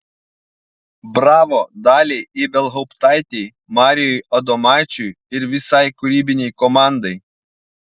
bravo daliai ibelhauptaitei marijui adomaičiui ir visai kūrybinei komandai